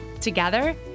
Together